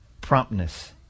promptness